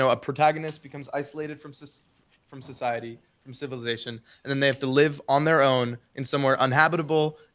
a protagonist becomes isolated from from society, from civilization, and then they have to live on their own in somewhere uninhabitable.